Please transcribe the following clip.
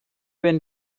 wyn